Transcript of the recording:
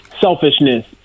selfishness